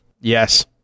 Yes